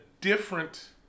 different